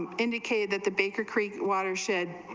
um indicated that the baker creek watershed,